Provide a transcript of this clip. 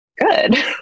good